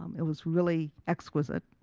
um it was really exquisite,